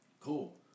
Cool